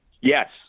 Yes